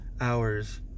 hours